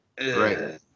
right